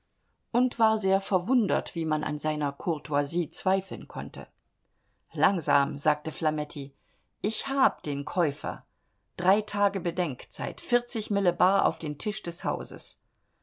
und war sehr verwundert wie man an seiner courtoisie zweifeln konnte langsam sagte flametti ich hab den käufer drei tage bedenkzeit vierzig mille bar auf den tisch des hauses